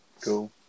Cool